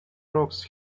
rocks